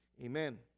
Amen